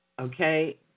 Okay